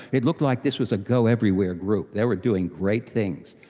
it looked like this was a go-everywhere group, they were doing great things.